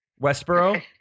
Westboro